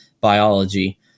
biology